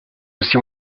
aussi